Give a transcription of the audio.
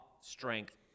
strength